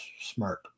smart